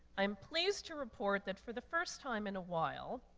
i'm pleased to report that for the first time in a while,